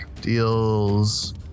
deals